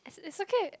it's it's okay